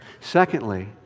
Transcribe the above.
Secondly